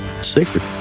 sacred